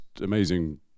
amazing